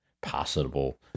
possible